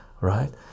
right